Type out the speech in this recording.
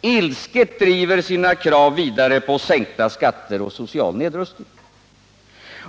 ilsket driver sina krav vidare på sänkta skatter och social nedrustning?